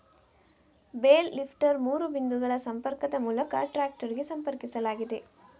bale lifter ಮೂರು ಬಿಂದುಗಳ ಸಂಪರ್ಕದ ಮೂಲಕ ಟ್ರಾಕ್ಟರಿಗೆ ಸಂಪರ್ಕಿಸಲಾಗಿದೆ